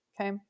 okay